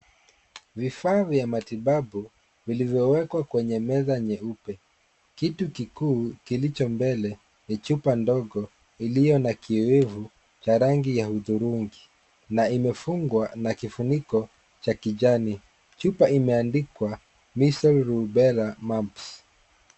Vifaa vya matibabu vilivyowekwa kwenye meza nyeupe , kitu kikuu kilicho mbele ni chupa ndogo iliyo na kiowevu cha rangi ya hudhurungi na imefungwa na kifuniko cha kijani. Chupa imeandikwa measles , rubela, mumps .